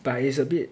but it's a bit